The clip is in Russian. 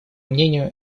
мнению